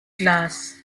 glass